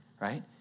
right